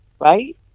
right